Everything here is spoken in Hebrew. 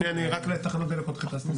שנייה, אני רק לתחנות דלק לא התייחסתי.